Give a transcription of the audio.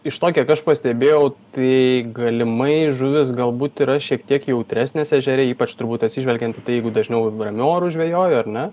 iš to kiek aš pastebėjau tai galimai žuvys galbūt yra šiek tiek jautresnės ežere ypač turbūt atsižvelgiant į tai jeigu dažniau ramiu oru žvejoju ar ne